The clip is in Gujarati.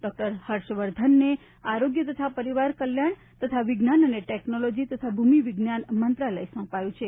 ડોક્ટર હર્ષવર્ધનને આરોગ્ય તથા પરિવાર કલ્યાણ તથા વિજ્ઞાન અને ટેકનોલોજી તથા ભૂમિ વિજ્ઞાન મંત્રાલય સોંપાયું છે